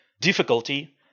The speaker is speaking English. difficulty